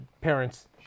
parents